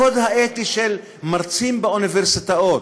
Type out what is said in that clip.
הקוד האתי של מרצים באוניברסיטאות.